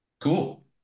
Cool